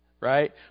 right